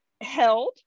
held